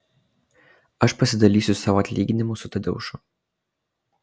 aš pasidalysiu savo atlyginimu su tadeušu